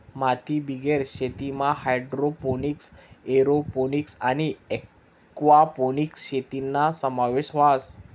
मातीबिगेर शेतीमा hydroponics, aeroponics आणि एक्वापोनिक्स शेतीना समावेश व्हस